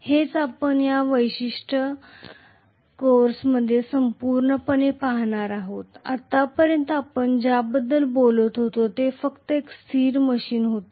हेच आपण या विशिष्ट कोर्समध्ये संपूर्णपणे पाहणार आहोत आतापर्यंत आपण ज्याबद्दल बोलत होतो ते फक्त एक स्थिर मशीन होते